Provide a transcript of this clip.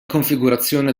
configurazione